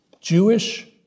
Jewish